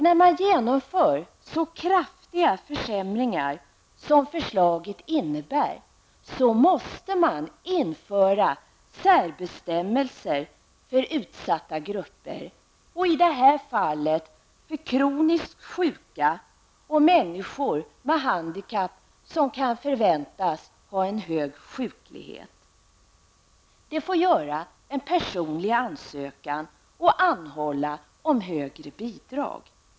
När man genomför så kraftiga försämringar som förslaget innebär, måste man införa särbestämmelser för utsatta grupper. I det här fallet blir det för kroniskt sjuka och människor med handikapp som kan förväntas ha en hög sjuklighet. De får göra en personlig ansökan och anhålla om högre bidrag.